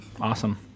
Awesome